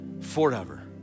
forever